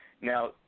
Now